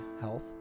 health